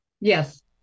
Yes